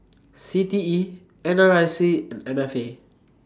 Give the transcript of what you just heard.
C T E N R I C and M F A